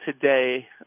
today